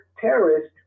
terrorist